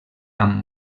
amb